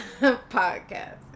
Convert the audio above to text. podcast